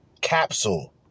Capsule